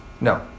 no